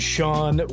Sean